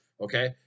okay